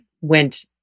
went